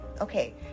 okay